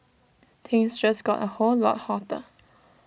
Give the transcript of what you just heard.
things just got A whole lot hotter